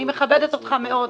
אני מכבדת אותך מאוד,